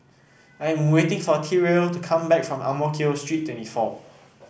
I am waiting for Tyrel to come back from Ang Mo Kio Street twenty four